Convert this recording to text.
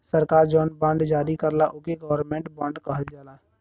सरकार जौन बॉन्ड जारी करला ओके गवर्नमेंट बॉन्ड कहल जाला